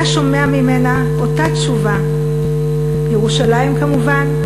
היה שומע ממנה אותה תשובה: ירושלים, כמובן,